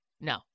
No